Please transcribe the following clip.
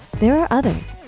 there are others,